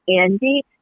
Andy